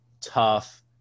tough